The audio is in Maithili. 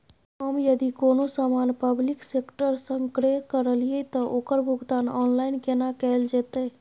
हम यदि कोनो सामान पब्लिक सेक्टर सं क्रय करलिए त ओकर भुगतान ऑनलाइन केना कैल जेतै?